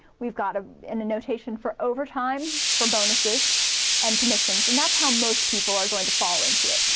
we've got a and the notation for overtime for bonuses and commissions, and that's how most people are going to fall into it.